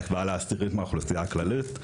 בהשוואה לעשירית מהאוכלוסייה הכללית.